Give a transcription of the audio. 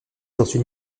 ensuite